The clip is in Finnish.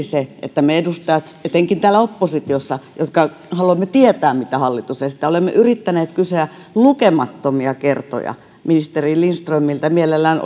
se olisi kohtuullista meille edustajille etenkin täällä oppositiossa jotka haluamme tietää mitä hallitus esittää olemme yrittäneet kysyä lukemattomia kertoja ministeri lindströmiltä ja mielellään